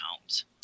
homes